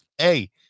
Hey